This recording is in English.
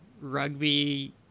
rugby